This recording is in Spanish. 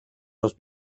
los